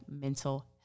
mental